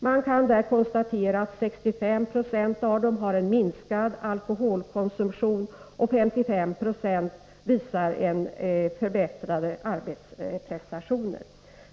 Man kan konstatera att 65 96 av kvinnorna har minskat sin alkoholkonsumtion och att 55 96 visar förbättrade arbetsprestationer.